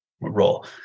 Role